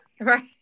Right